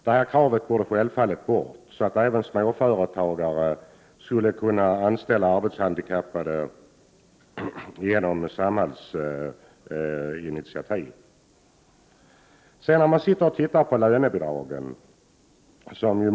Detta krav borde självfallet tas bort, så att även småföretagare kan anställa arbetshandikappade på Samhalls initiativ. Många talare har tagit upp lönebidragen.